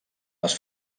les